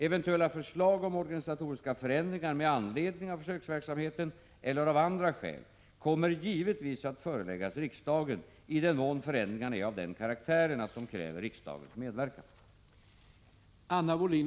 Eventuella förslag om organisatoriska förändringar med anledning av försöksverksamheten, eller av andra skäl, kommer givetvis att föreläggas riksdagen i den mån förändringarna är av den karaktären att de kräver riksdagens medverkan.